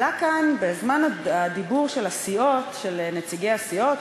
עלה כאן בזמן הדיבור של נציגי הסיעות,